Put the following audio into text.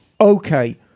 okay